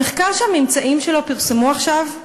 המחקר שהממצאים שלו פורסמו עכשיו,